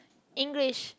English